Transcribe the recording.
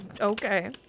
Okay